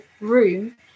room